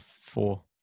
four